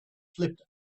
flipped